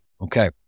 Okay